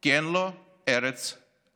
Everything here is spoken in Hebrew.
כי אין לו ארץ אחרת.